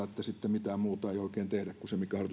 että sitten mitään muuta ei oikein tehdä kuin se mikä